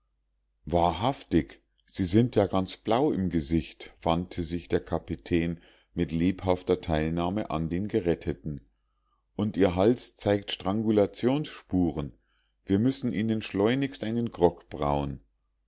wahrhaftig sie sind ja ganz blau im gesicht wandte sich der kapitän mit lebhafter teilnahme an den geretteten und ihr hals zeigt strangulationsspuren wir müssen ihnen schleunigst einen grog brauen